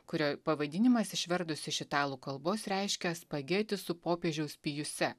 kurio pavadinimas išvertus iš italų kalbos reiškia spageti su popiežiaus pijuse